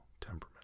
temperament